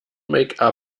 make